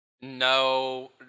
No